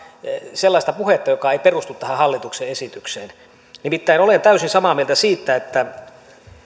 sellaista puhetta joka ei perustu tähän hallituksen esitykseen nimittäin olen täysin samaa mieltä siitä että